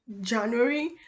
January